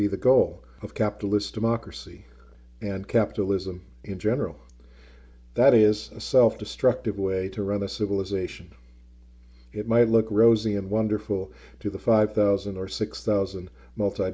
be the goal of capitalist democracy and capitalism in general that is a self destructive way to run a civilization it might look rosy and wonderful to the five thousand or six thousand multi